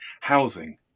housing